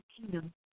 kingdom